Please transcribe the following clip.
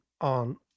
on